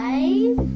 Five